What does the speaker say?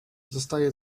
zostaje